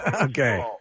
Okay